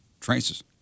Traces